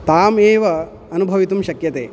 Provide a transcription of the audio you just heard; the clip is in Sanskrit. ताम् एव अनुभवितुं शक्यते